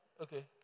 Okay